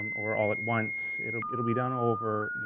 or all at once. it'll it'll be done over,